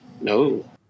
No